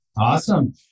Awesome